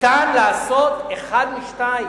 ניתן לעשות אחד משניים.